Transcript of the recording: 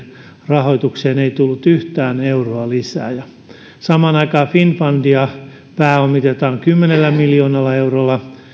rahoitukseen ei tullut yhtään euroa lisää kun samaan aikaan finnfundia pääomitetaan kymmenellä miljoonalla eurolla